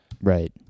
Right